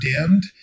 dimmed